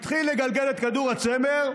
והתחיל לגלגל את כדור הצמר.